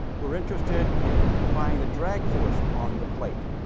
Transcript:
we're interested in finding the drag force on the plate.